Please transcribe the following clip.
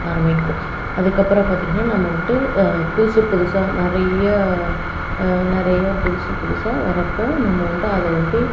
ஆரமிக்கும் அதுக்கப்புறம் பார்த்தீங்கன்னா நம்ம வந்துட்டு புதுசு புதுசாக நிறையா நிறையா புதுசு புதுசாக வரப்போ நம்ம வந்துட்டு அதை வந்துட்டு